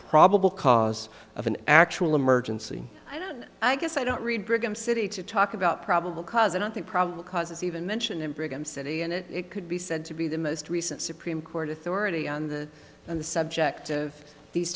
probable cause of an actual emergency and i guess i don't read brigham city to talk about probable cause and i think probably causes even mention in brigham city and it could be said to be the most recent supreme court authority on the on the subject of these